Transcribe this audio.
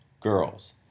girls